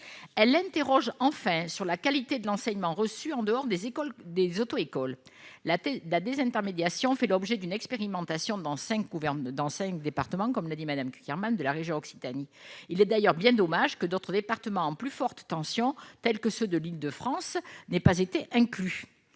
Elle interroge enfin sur la qualité de l'enseignement reçu en dehors des auto-écoles. La désintermédiation fait l'objet d'une expérimentation dans cinq départements de la région Occitanie. Il est d'ailleurs bien dommage que d'autres départements en plus forte tension, tels que ceux de l'Île-de-France, n'aient pas été inclus.